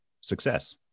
success